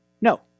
No